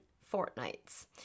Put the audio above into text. fortnights